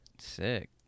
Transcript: Sick